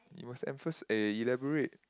you must emphasi~ eh elaborate